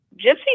Gypsy